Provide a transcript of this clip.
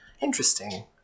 interesting